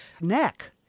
neck